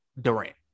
Durant